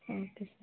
okay sir